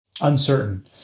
uncertain